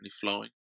flowing